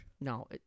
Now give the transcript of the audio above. No